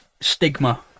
stigma